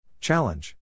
Challenge